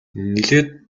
нэлээд